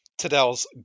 Tadell's